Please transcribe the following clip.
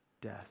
death